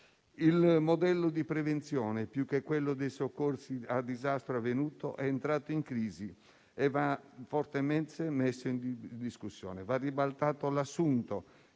Il modello di prevenzione, più che quello dei soccorsi a disastro avvenuto, è entrato in crisi e va fortemente messo in discussione. Va ribaltato l'assunto